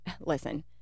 listen